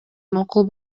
макул